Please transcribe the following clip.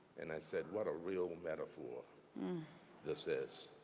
and i said, what a real metaphor this is.